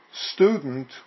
student